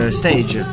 stage